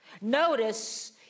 Notice